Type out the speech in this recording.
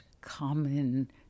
common